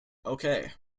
okay